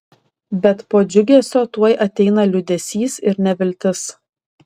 bet po džiugesio tuoj ateina liūdesys ir neviltis